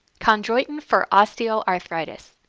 chondroitin for osteoarthritis.